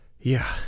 Yeah